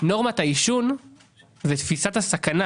נורמת העישון ותפיסת הסכנה